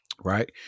Right